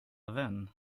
vän